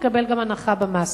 תקבל גם הנחה במס.